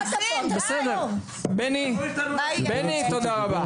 תודה רבה.